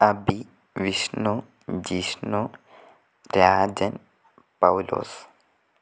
Abhi Vishnu Jishnu Rajan Paulose